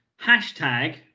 hashtag